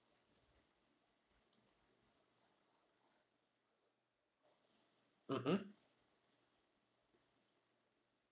mmhmm